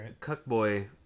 Cuckboy